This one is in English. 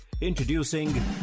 Introducing